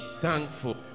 thankful